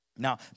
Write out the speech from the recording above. Now